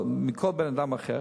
להעלות וכל הדברים.